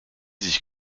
sich